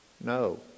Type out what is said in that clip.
No